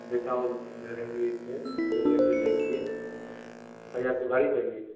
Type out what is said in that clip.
دیتا ہوں ڈرائیوری پہ گھومنے پھرنے کے لیے بتائیے آپ کو گاڑی چاہیے